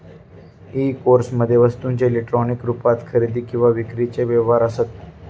E कोमर्समध्ये वस्तूंचे electronic रुपात खरेदी किंवा विक्रीचे व्यवहार असत